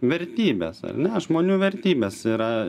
vertybės ar ne žmonių vertybės yra